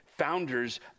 founders